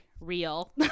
real